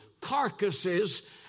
carcasses